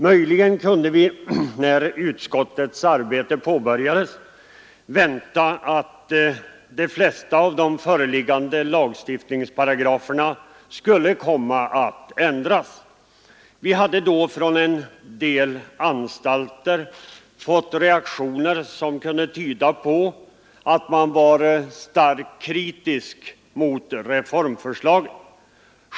Möjligen kunde vi när utskottets arbete påbörjades vänta att de flesta av de föreliggande lagparagraferna skulle komma att ändras. Vi hade då från en del anstalter fått reaktioner som kunde tyda på att man var starkt kritisk mot reformförslaget.